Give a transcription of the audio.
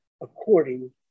according